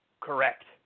Correct